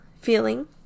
feeling